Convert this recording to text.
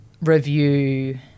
review